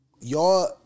y'all